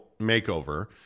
makeover